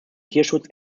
tierschutz